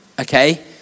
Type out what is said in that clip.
Okay